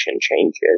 changes